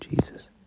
Jesus